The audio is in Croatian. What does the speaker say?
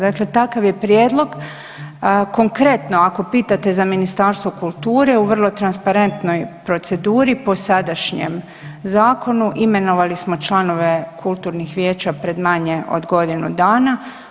Dakle, takav je prijedlog, konkretno ako pitate za Ministarstvo kulture u vrlo transparentnoj proceduri po sadašnjem zakonu imenovali smo članove kulturnih vijeća pred manje od godinu dana.